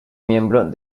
miembro